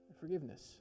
forgiveness